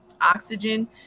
oxygen